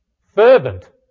Fervent